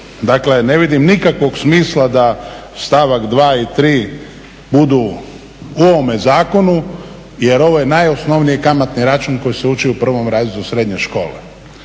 Dakle, ne vidim nikakvog smisla da stavak 2 i 3 budu u ovome zakonu jer ovo je najosnovniji kamatni račun koji se uči u prvom razredu srednje škole